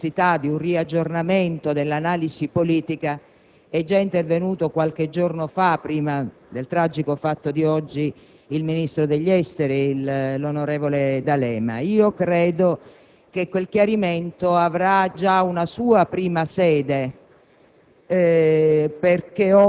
Vorrei ricordare che sulla delicatezza della questione in Libano e sulla necessità di un aggiornamento dell'analisi politica è già intervenuto, qualche giorno fa, prima del tragico fatto di oggi, il ministro degli affari esteri, onorevole D'Alema. Credo